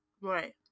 Right